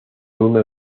uno